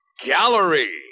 Gallery